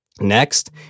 Next